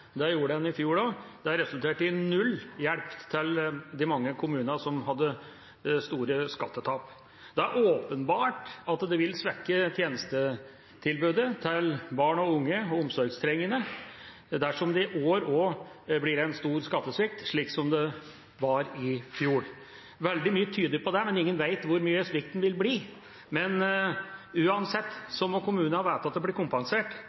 Det gjorde en også i fjor, og det resulterte i null hjelp til de mange kommunene som hadde store skattetap. Det er åpenbart at det vil svekke tjenestetilbudet til barn og unge og omsorgstrengende dersom det også i år blir en stor skattesvikt, slik som det var i fjor. Veldig mye tyder på det, men ingen vet hvor mye svikten vil bli. Uansett må